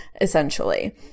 essentially